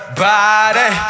body